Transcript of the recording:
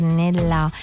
nella